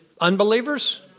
unbelievers